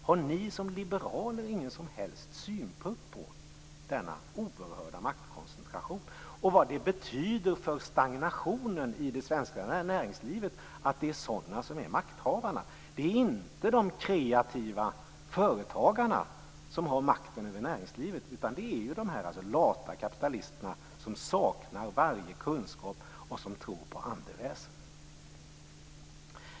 Har ni som liberaler ingen som helst synpunkt på denna oerhörda maktkoncentration och vad det betyder för stagnationen i det svenska näringslivet att det är sådana som är makthavarna? Det är inte de kreativa företagarna som har makten över näringslivet, utan det är de lata kapitalisterna som saknar varje kunskap och som tror på andeväsen.